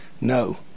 No